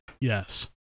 yes